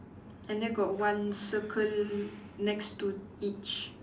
and then got one circle next to each